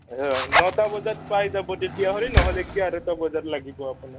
নটা বজাত পাই যাব তেতিয়াহ'লে নহ'লে এঘাৰটা বজাত লাগিব আপোনাৰ